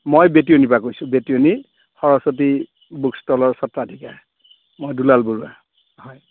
মই বেটিয়নিৰ পৰা কৈছোঁ বেটিয়নি সৰস্বতী বুক ষ্টলৰ সত্ৰাধিকাৰ মই দুলাল বৰুৱা হয়